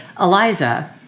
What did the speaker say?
Eliza